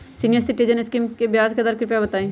senior citizen scheme के ब्याज दर कृपया बताईं